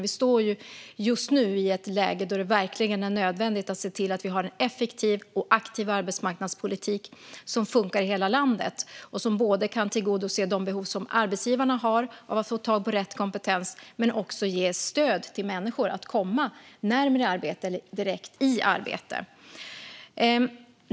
Vi står just nu i ett läge då det verkligen är nödvändigt att se till att vi har en effektiv och aktiv arbetsmarknadspolitik som funkar i hela landet och som kan tillgodose de behov som arbetsgivarna har av att få tag på rätt kompetens men också ge stöd till människor så att de kommer närmare arbete eller direkt i arbete.